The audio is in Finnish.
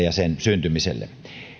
ja sen syntymisessä